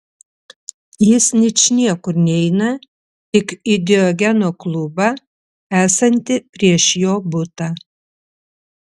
jis ničniekur neina tik į diogeno klubą esantį prieš jo butą